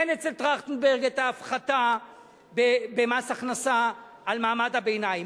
אין אצל טרכטנברג את ההפחתה במס הכנסה על מעמד הביניים.